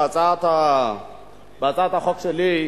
בהצעת החוק שלי,